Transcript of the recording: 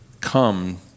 come